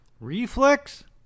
Reflex